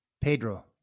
Pedro